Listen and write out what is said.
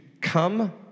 come